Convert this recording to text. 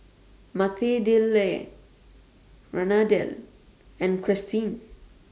Mathilde Randell and Christie